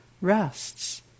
rests